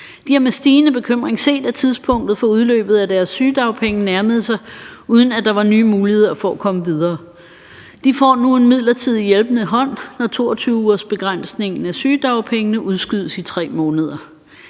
De har med stigende bekymring set, at tidspunktet for udløbet af deres sygedagpenge nærmede sig, uden at der var nye muligheder for at komme videre. De får nu en midlertidig hjælpende hånd, når 22-ugersbegrænsningen af sygedagpengene udskydes i 3 måneder.